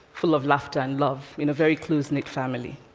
full of laughter and love, in a very close-knit family.